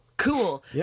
Cool